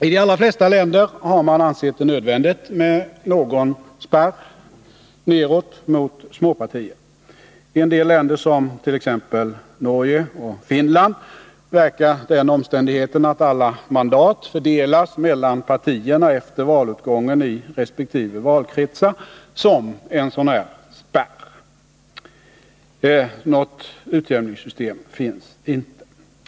I de allra flesta länder har man ansett det nödvändigt med en spärr nedåt mot småpartier. I en del länder, t.ex. Norge och Finland, verkar den omständigheten att alla mandat fördelas mellan partierna efter valutgången i resp. valkretsar som en sådan spärr. Något utjämningssystem finns inte.